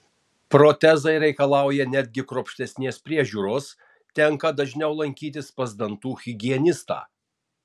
protezai reikalauja netgi kruopštesnės priežiūros tenka dažniau lankytis pas dantų higienistą